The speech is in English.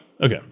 Okay